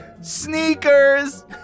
Sneakers